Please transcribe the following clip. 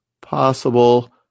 possible